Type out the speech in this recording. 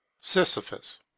Sisyphus